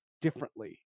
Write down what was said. differently